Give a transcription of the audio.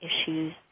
issues